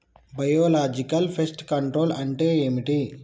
Biological pest control అంటే ఏమిటి?